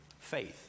faith